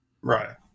Right